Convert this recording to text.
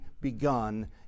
begun